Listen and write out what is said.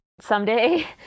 Someday